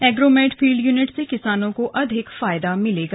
Agromet field unit से किसानों को अधिक फायदा मिलेगा